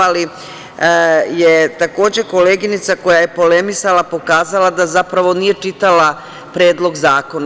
Ali je takođe koleginica koja je polemisala pokazala da zapravo nije čitala Predlog zakona.